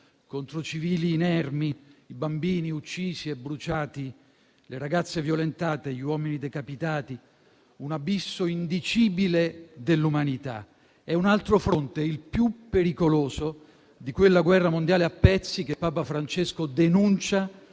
contro civili inermi, i bambini uccisi e bruciati, le ragazze violentate, gli uomini decapitati, un abisso indicibile dell'umanità, è un altro fronte - il più pericoloso - di quella guerra mondiale a pezzi che papa Francesco denuncia